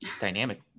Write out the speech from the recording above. dynamic